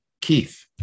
Keith